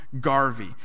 Garvey